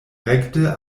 rekte